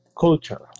Culture